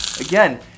Again